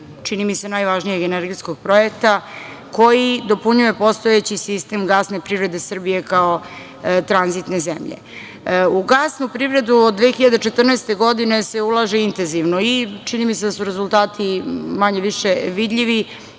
čini mi se, najvažnijeg energetskog projekta koji dopunjuje postojeći sistem gasne privrede Srbije kao tranzitne zemlje.U gasnu privredu od 2014. godine se ulaže intenzivno. Čini mi se da su rezultati manje-više vidljivi,